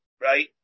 right